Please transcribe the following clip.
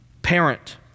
parent